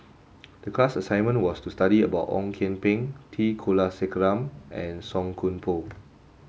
the class assignment was to study about Ong Kian Peng T Kulasekaram and Song Koon Poh